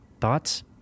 thoughts